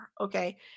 okay